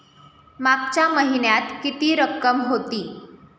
मागच्या महिन्यात किती रक्कम होती?